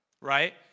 right